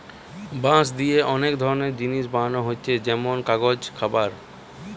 বাঁশ দিয়ে অনেক ধরনের জিনিস বানানা হচ্ছে যেমন কাগজ, খাবার